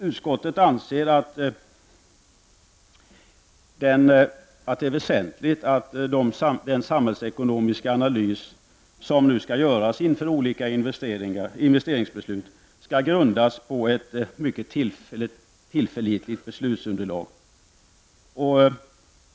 Utskottsmajoriteten anser att det är väsentligt att den samhällsekonomiska analys som nu skall göras för olika investeringsbeslut skall grundas på ett mycket tillförlitligt beslutsunderlag.